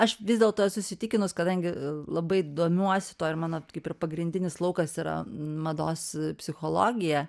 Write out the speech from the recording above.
aš vis dėlto esu įsitikinus kadangi labai domiuosi tuo ir mano kaip ir pagrindinis laukas yra mados psichologija